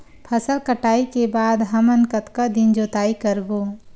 फसल कटाई के बाद हमन कतका दिन जोताई करबो?